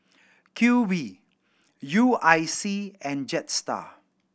Q V U I C and Jetstar